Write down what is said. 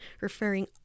referring